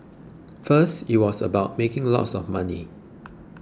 first it was about making lots of money